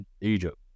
Egypt